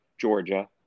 Georgia